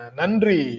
Nandri